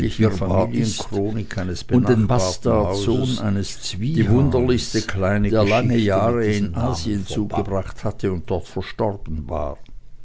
bastardsohn eines zwiehans der lange jahre in asien zugebracht hatte und dort verstorben war